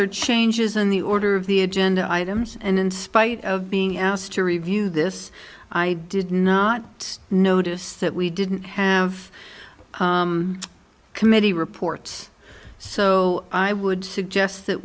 or changes in the order of the agenda items and in spite of being asked to review this i did not notice that we didn't have committee reports so i would suggest that